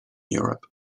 europe